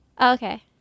Okay